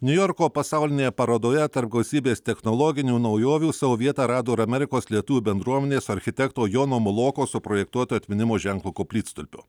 niujorko pasaulinėje parodoje tarp gausybės technologinių naujovių savo vietą rado ir amerikos lietuvių bendruomenės architekto jono muloko suprojektuotą atminimo ženklų koplytstulpio